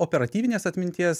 operatyvinės atminties